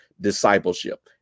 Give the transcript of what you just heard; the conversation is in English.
discipleship